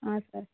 సరే